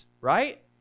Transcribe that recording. right